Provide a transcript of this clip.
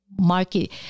market